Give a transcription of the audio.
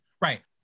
Right